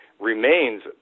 remains